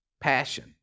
Passion